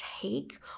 take